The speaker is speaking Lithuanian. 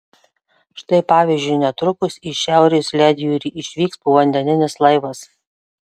štai pavyzdžiui netrukus į šiaurės ledjūrį išvyks povandeninis laivas